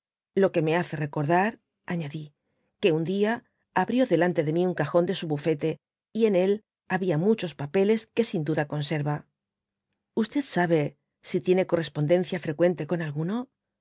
lo que me hace recordar añádi que un día abrió delante de mi un cajón de su bufete y en él a habia muchos papdes que sin duda conserva sabe si tiene correspondencia freqüente ochi alguno